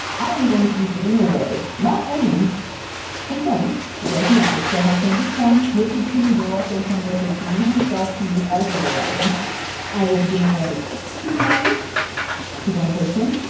i am going to be giving away, not only some coins you guys know, i still have some of these coins, gifted to me directly from richard pini himself to use as giveaway items i will be giving away two coins to one person,